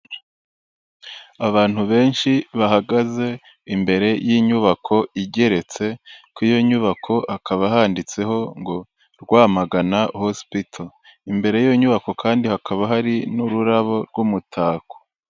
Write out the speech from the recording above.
Abantu benshi bahagaze imbere y'inyubako igeretse, ku iyo nyubako hakaba handitseho ngo Rwamagana hosipito, imbere y'iyo nyubako kandi hakaba hari n'ururabo rw'umutako.